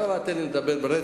לא, תן לי לדבר ברצף.